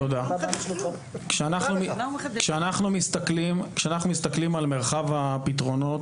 כשאנחנו מסתכלים על מרחב הפתרונות,